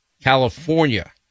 California